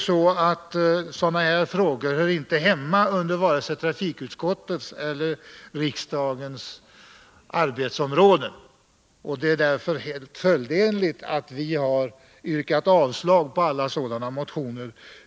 Sådana frågor faller dock inte in under vare sig trafikutskottets eller riksdagens arbetsområden, och vi har i enlighet härmed yrkat avslag på alla dessa motioner.